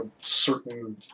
certain